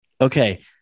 Okay